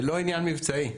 זה לא עניין מבצעי.